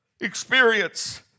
experience